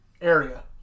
area